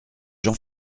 jean